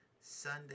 Sunday